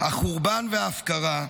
החורבן וההפקרה,